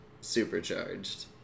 Supercharged